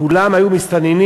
כולם היו מסתננים,